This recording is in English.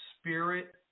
spirit